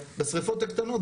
בשריפות הקטנות,